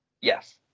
Yes